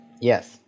Yes